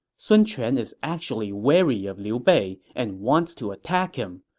sun quan is actually wary of liu bei and wants to attack him.